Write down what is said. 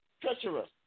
treacherous